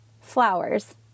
Flowers